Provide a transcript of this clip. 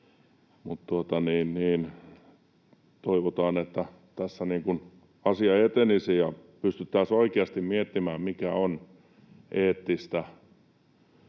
Toivotaan, että asia etenisi ja pystyttäisiin oikeasti miettimään, mikä on eettistä.